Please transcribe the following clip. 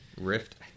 Rift